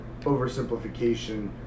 oversimplification